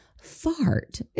fart